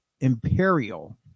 Imperial